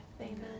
Amen